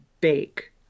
bake